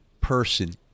person